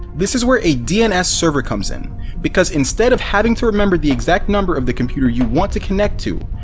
this is where a dns server comes in because instead of having to remember the exact number of the computer you want to connect to,